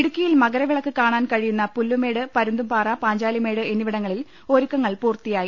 ഇടുക്കിയിൽ മകരവിളക്ക് കാണാൻ കഴിയുന്ന പുല്ലുമേട് പരുന്തുംപാറ പാഞ്ചാലിമേട് എന്നിവിടങ്ങളിൽ ഒരുക്കങ്ങൾ പൂർത്തിയായി